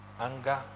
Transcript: Anger